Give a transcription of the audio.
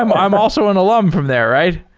i'm i'm also an alumn from there, right?